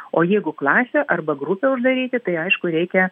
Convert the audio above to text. o jeigu klasę arba grupę uždaryti tai aišku reikia